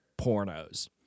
pornos